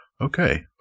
Okay